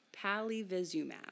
palivizumab